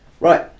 Right